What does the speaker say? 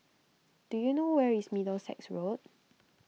do you know where is Middlesex Road